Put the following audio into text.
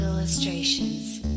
illustrations